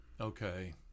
okay